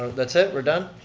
that's it, we're done?